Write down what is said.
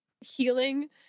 Healing